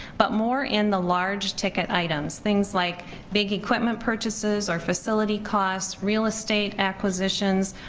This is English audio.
but more in the large ticket items, things like big equipment purchases or facility costs, real estate acquisitions,